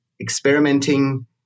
experimenting